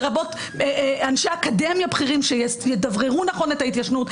לרבות אנשי אקדמיה בכירים שידבררו נכון את ההתיישנות.